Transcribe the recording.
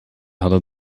hadden